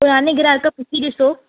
पुराने ग्राहक खां पुछीं ॾिसो